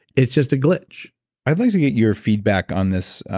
it's just a glitch i'd like to get your feedback on this.